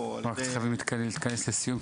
על ידי --- אנחנו חייבים להתכנס לסיום,